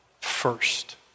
first